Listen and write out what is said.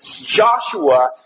Joshua